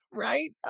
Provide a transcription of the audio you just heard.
Right